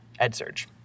EdSurge